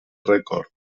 records